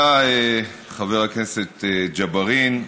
תודה, חבר הכנסת ג'בארין.